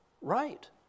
right